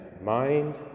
mind